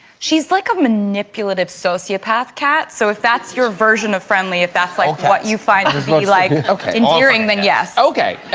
she's like a manipulative sociopath cat so if that's your version of friendly if that's like what you find this look like. okay. i'm hearing then yes, okay.